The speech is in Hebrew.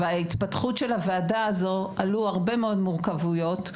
בהתפתחות של הוועדה הזו עלו הרבה מאוד מורכבויות,